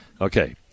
Okay